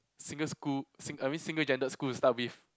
single school sing~ I mean single gendered school to start with